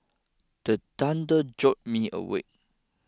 the thunder jolt me awake